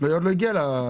היא עוד לא הגיעה לזה.